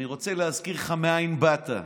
אני רוצה להזכיר לך מאין באת.